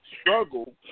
struggle